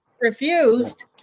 refused